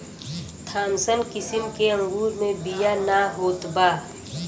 Thompson किसिम के अंगूर मे बिया ना होत बा